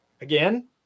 again